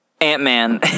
Ant-Man